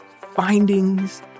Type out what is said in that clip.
findings